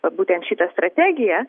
vat būtent šitą strategiją